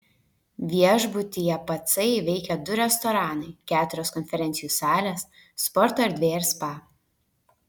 viešbutyje pacai veikia du restoranai keturios konferencijų salės sporto erdvė ir spa